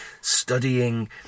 studying